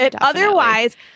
Otherwise